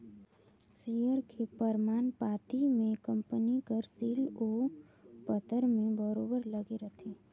share के परमान पाती में कंपनी कर सील ओ पतर में बरोबेर लगे रहथे